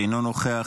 אינו נוכח,